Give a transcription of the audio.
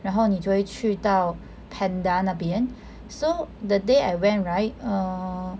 然后你就会去到 panda 那边 so the day I went right err